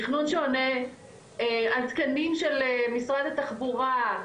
תכנון שעונה על התקנים של משרד התחבורה,